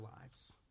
lives